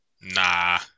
Nah